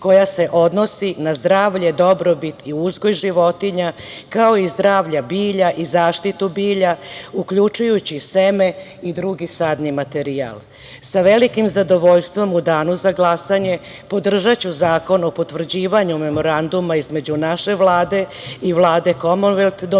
koja se odnosi na zdravlje, dobrobit i uzgoj životinja, kao i zdravlja bilja i zaštitu bilja, uključujući seme i drugi sadni materijal. Sa velikim zadovoljstvom u danu za glasanje podržaću zakon o potvrđivanju Memoranduma između naše Vlade i Vlade Komonvelt Dominike